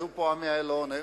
היו פה עמי אילון,